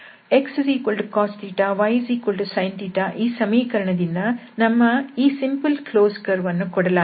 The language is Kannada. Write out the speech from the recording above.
xcos ysin ಈ ಸಮೀಕರಣಗಳಿಂದ ನಮ್ಮ ಈ ಸಿಂಪಲ್ ಕ್ಲೋಸ್ಡ್ ಕರ್ವ್ಅನ್ನು ಕೊಡಲಾಗಿದೆ